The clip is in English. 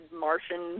Martian